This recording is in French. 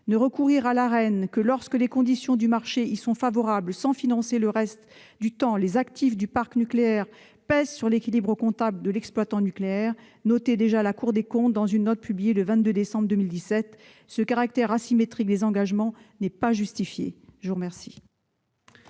Ne recourir à l'Arenh que lorsque les conditions du marché y sont favorables sans financer le reste du temps les actifs du parc nucléaire pèse sur l'équilibre comptable de l'exploitant nucléaire », notait déjà la Cour des comptes dans une note publiée le 22 décembre 2017. Une telle asymétrie des engagements n'est pas justifiée. La parole